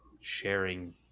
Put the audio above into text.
sharing